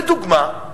לדוגמה,